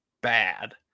bad